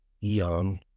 young